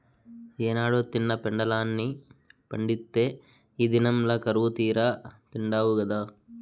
ఏనాడో తిన్న పెండలాన్ని పండిత్తే ఈ దినంల కరువుతీరా తిండావు గదా